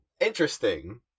interesting